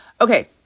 Okay